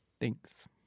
Thanks